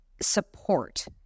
support